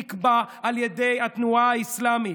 נקבע על ידי התנועה האסלאמית.